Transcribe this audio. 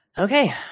Okay